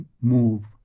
move